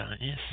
yes